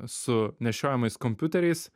su nešiojamais kompiuteriais